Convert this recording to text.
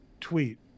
tweet